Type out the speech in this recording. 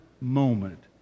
moment